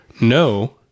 no